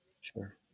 Sure